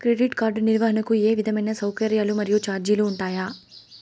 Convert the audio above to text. Credit card నిర్వహణకు ఏ విధమైన సౌకర్యాలు మరియు చార్జీలు ఉంటాయా?